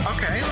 Okay